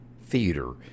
theater